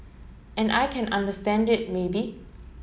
and I can understand it maybe